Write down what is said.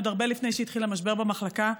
עוד הרבה לפני שהתחיל המשבר במחלקה,